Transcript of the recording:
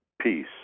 peace